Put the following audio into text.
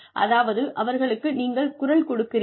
அதாவது அவர்களுக்கு நீங்கள் குரல் கொடுக்கிறீர்கள்